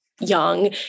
young